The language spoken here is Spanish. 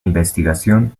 investigación